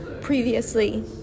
previously